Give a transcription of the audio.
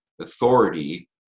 authority